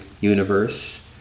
universe